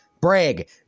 Brag